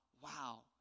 wow